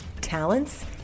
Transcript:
talents